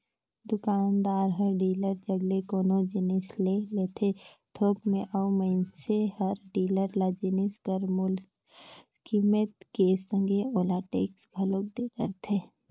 दुकानदार हर डीलर जग ले कोनो जिनिस ले लेथे थोक में अउ मइनसे हर डीलर ल जिनिस कर मूल कीमेत के संघे ओला टेक्स घलोक दे डरथे